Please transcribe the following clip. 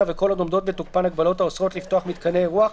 וכל עוד עומדות בתוקפן הגבלות האוסרות לפתוח מיתקני אירוח,